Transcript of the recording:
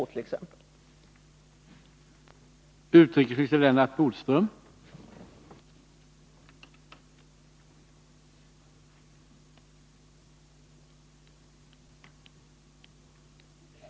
att främja de mänskliga rättigheterna i Uruguay